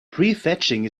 prefetching